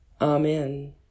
Amen